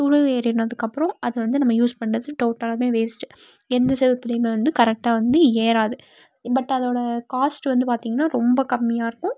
துரு ஏறினதுக்கப்புறம் அது வந்து நம்ம யூஸ் பண்றது டோட்டலாகவுமே வேஸ்ட்டு எந்த செவத்துலியுமே வந்து கரெக்டாக வந்து ஏறாது பட் அதோடய காஸ்ட் வந்து பார்த்தீங்கன்னா ரொம்ப கம்மியாக இருக்கும்